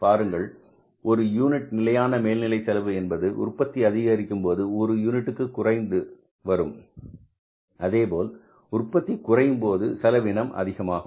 பாருங்கள் ஒரு யூனிட் நிலையான மேல்நிலை செலவு என்பது உற்பத்தி அதிகரிக்கும் போது ஒரு யூனிட்டுக்கு குறைந்து வரும் அதேபோல் உற்பத்தி குறையும் போது செலவினம் அதிகமாகும்